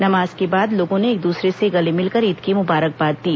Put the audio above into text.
नमाज के बाद लोगों ने एक दूसरे से गले मिलकर ईद की मुबारकबाद दी